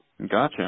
Gotcha